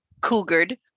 cougared